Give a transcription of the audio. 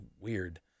weird